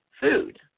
food